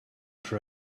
for